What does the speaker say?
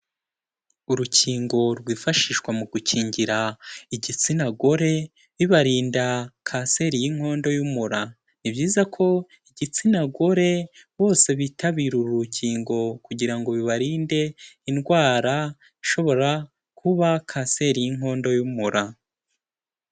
Urukingo rwifashishwa mu gukingira igitsina gore, bibarinda kanseri y'inkondo y'umura, ni byizayiza ko igitsina gore bose bitabira uru rukingo kugira ngo bibarinde indwara ishobora kuba kanseri y'inkondo y'umura.